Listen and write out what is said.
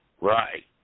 Right